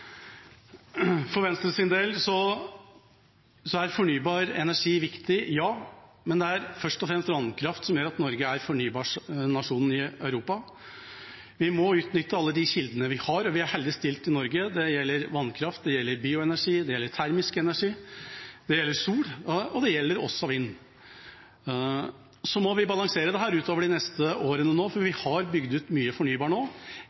For Venstres del er fornybar energi viktig, men det er først og fremst vannkraft som gjør at Norge er fornybarnasjonen i Europa. Vi må utnytte alle de kildene vi har. Vi er heldig stilt i Norge – det gjelder vannkraft, det gjelder bioenergi, det gjelder termisk energi, det gjelder solenergi og det gjelder også vindkraft. Vi må balansere dette de neste årene. Vi har bygd ut mye fornybar energi nå,